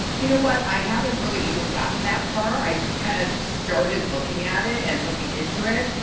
you know what? i haven't really even gotten that far. i just kind of started looking at it and looking into it.